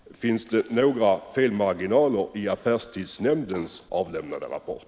Finns det några felmarginaler i affärstidsnämndens avlämnade rapport?